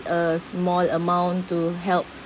a small amount to help